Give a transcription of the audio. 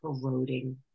corroding